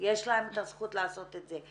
יש להם את הזכות לעשות את זה.